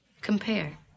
Compare